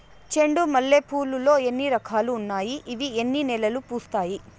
చెండు మల్లె పూలు లో ఎన్ని రకాలు ఉన్నాయి ఇవి ఎన్ని నెలలు పూస్తాయి